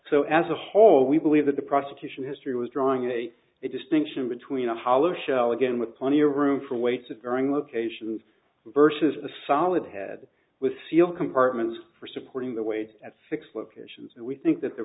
so as a whole we believe that the prosecution history was drawing a distinction between a hollow shell again with plenty of room for weights of varying locations versus a solid head with seal compartments for supporting the weight at fixed locations and we think that the